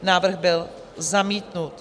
Návrh byl zamítnut.